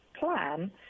plan